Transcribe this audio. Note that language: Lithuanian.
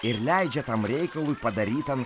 ir leidžia tam reikalui padarytam